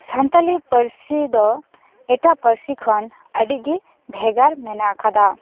ᱥᱟᱱᱛᱟᱲᱤ ᱯᱟᱹᱨᱥᱤ ᱫᱚ ᱮᱴᱟᱜ ᱯᱟᱹᱨᱥᱤ ᱠᱷᱚᱱ ᱟᱹᱰᱤᱜᱮ ᱵᱷᱮᱜᱟᱨ ᱢᱮᱱᱟᱜ ᱟᱠᱟᱫᱟ